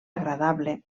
agradable